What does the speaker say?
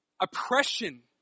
Oppression